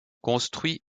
construit